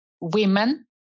women